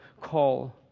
call